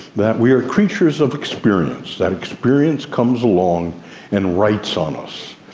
that we're creatures of experience, that experience comes along and writes on us.